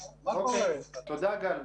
תודה, גל.